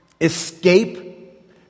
escape